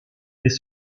des